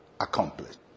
accomplished